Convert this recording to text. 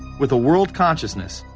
with a world consciousness.